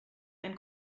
ein